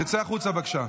תצא החוצה, בבקשה.